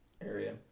area